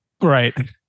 right